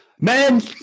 Men